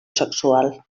sexual